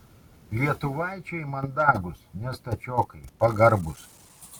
lietuvaičiai mandagūs ne stačiokai pagarbūs